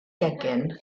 gegin